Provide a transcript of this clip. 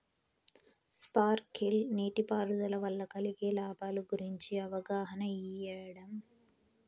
Sprinkle నీటిపారుదల వల్ల కలిగే లాభాల గురించి అవగాహన ఇయ్యడం?